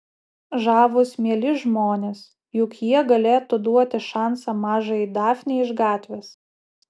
žavūs mieli žmonės juk jie galėtų duoti šansą mažajai dafnei iš gatvės